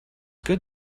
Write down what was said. good